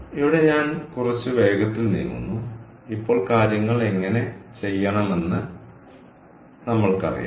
ഇവിടെ ഞാൻ കുറച്ച് വേഗത്തിൽ നീങ്ങുന്നു ഇപ്പോൾ കാര്യങ്ങൾ എങ്ങനെ ചെയ്യണമെന്ന് നമ്മൾക്കറിയാം